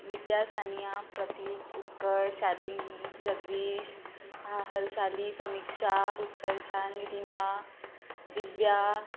Vidya Sania Pratik Utkarsh Shalini Jagdish Harshali Samiksha Utkarsha Nidima Divya